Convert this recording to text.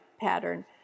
pattern